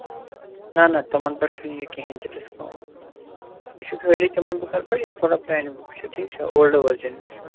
نہَ نہَ تِمَن پٮ۪ٹھ چھُنہٕ یہِ کِہیٖنۍ تہِ ڈِسکاوُنٛٹ یہِ چھُ خٲلی تِمَن بُکَن پٮ۪ٹھ یِم تھوڑا پرٛانہِ بُک چھِ ٹھیٖک چھا اولڈ ؤرٕجن یُس چھُ